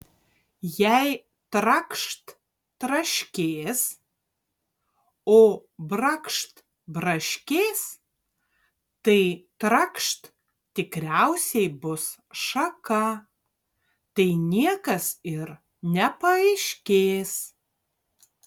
jei trakšt traškės o brakšt braškės tas trakšt tikriausiai bus šaka tai niekas ir nepaaiškės